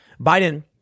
Biden